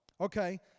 Okay